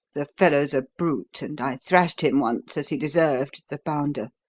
the fellow's a brute, and i thrashed him once, as he deserved, the bounder.